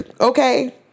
okay